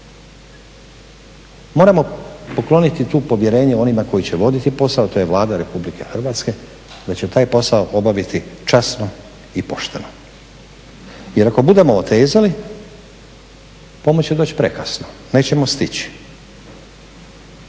Moramo pokloniti tu povjerenje onima koji će voditi posao, to je Vlada Republike Hrvatske, da će taj posao obaviti časno i pošteno. Jer ako budemo otezali pomoć će doći prekasno, nećemo stići.